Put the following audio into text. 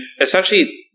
essentially